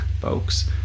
folks